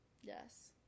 Yes